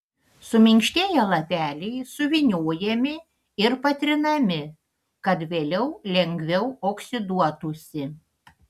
suminkštėję lapeliai suvyniojami ir patrinami kad vėliau lengviau oksiduotųsi